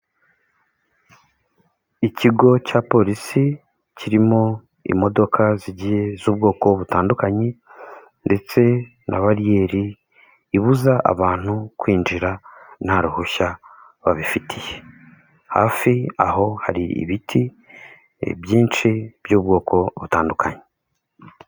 Ikigo cya polisi kirimo imodoka zigiye z'ubwoko butandukanye ndetse na bariyeri ibuza abantu kwinjira nta ruhushya babifitiye. Hafi aho hari ibiti ibyinshi by'ubwoko butandukanye.